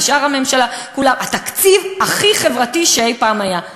ושאר הממשלה: התקציב הכי חברתי שאי-פעם היה.